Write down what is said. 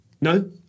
No